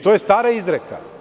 To je stara izreka.